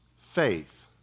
faith